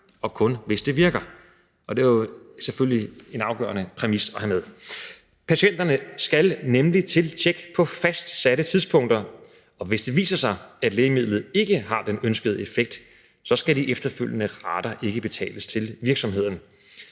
og kun, hvis det virker. Og det var selvfølgelig en afgørende præmis at have med. Patienterne skal nemlig til tjek på fastsatte tidspunkter, og hvis det viser sig, at lægemidlet ikke har den ønskede effekt, skal de efterfølgende rater ikke betales til virksomheden.